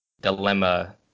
dilemma